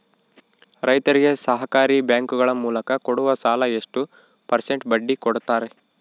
ರೈತರಿಗೆ ಸಹಕಾರಿ ಬ್ಯಾಂಕುಗಳ ಮೂಲಕ ಕೊಡುವ ಸಾಲ ಎಷ್ಟು ಪರ್ಸೆಂಟ್ ಬಡ್ಡಿ ಕೊಡುತ್ತಾರೆ?